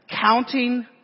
counting